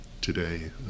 today